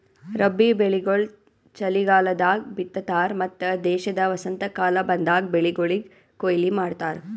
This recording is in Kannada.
ರಬ್ಬಿ ಬೆಳಿಗೊಳ್ ಚಲಿಗಾಲದಾಗ್ ಬಿತ್ತತಾರ್ ಮತ್ತ ದೇಶದ ವಸಂತಕಾಲ ಬಂದಾಗ್ ಬೆಳಿಗೊಳಿಗ್ ಕೊಯ್ಲಿ ಮಾಡ್ತಾರ್